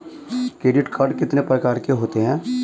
Credit card कितने प्रकार के होते हैं?